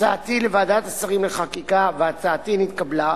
הצעתי לוועדת השרים לחקיקה, והצעתי התקבלה,